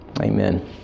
amen